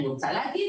אני רוצה להגיד,